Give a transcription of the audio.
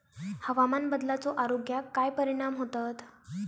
हवामान बदलाचो आरोग्याक काय परिणाम होतत?